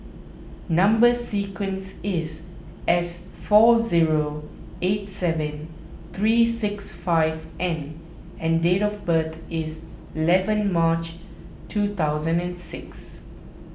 Number Sequence is S four zero eight seven three six five N and date of birth is eleven March two thousand and six